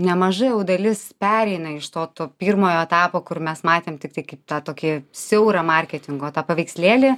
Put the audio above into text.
nemaža jau dalis pereina iš to to pirmojo etapo kur mes matėm tiktai kaip tą tokį siaurą marketingo tą paveikslėlį